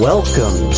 Welcome